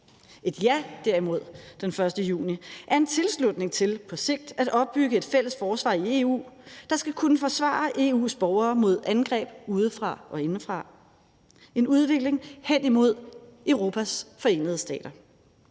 Et ja, derimod, den 1. juni er en tilslutning til på sigt at opbygge et fælles forsvar i EU, der skal kunne forsvare EU's borgere mod angreb udefra og indefra – en udvikling hen imod Europas Forenede Stater.